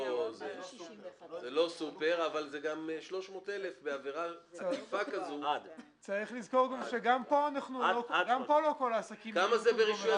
אבל 300,000 בעבירה כזאת --- גם פה לא כל העסקים הם עסקים גדולים.